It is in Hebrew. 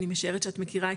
אני משערת שאת מכירה,